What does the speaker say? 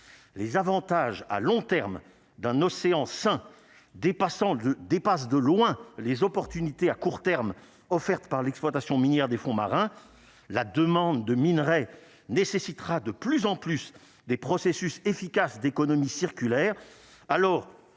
les avantages à long terme d'un océan dépassant de dépasse de loin les opportunités à court terme, offertes par l'exploitation minière des fonds marins, la demande de minerai nécessitera de plus en plus des processus efficaces d'économie circulaire